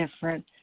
different